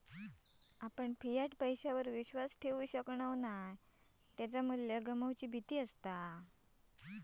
आपण फियाट पैशावर विश्वास ठेवु शकणव नाय त्याचा मू्ल्य गमवुची भीती असता